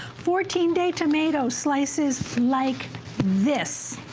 fourteen day tomato slices like this.